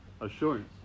assurance